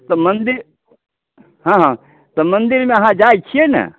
तऽ मन्दिरमे हँ हँ तऽ मन्दिरमे अहाँ जाइत छियै ने